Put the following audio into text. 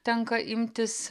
tenka imtis